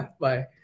Bye